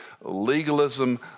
legalism